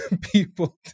people